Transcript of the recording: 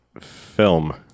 film